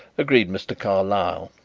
agreed mr. carlyle,